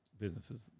businesses